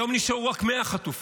היום נשארו רק 100 חטופים,